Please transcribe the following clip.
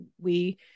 we-